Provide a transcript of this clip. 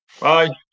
Bye